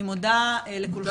אני מודה לכולכם.